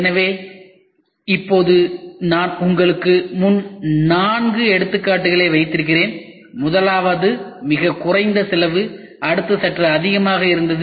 எனவே இப்போது நான் உங்களுக்கு முன் நான்கு எடுத்துக்காட்டுகளை வைத்திருக்கிறேன் முதலாவது மிகக் குறைந்த செலவு அடுத்தது சற்று அதிகமாக இருந்தது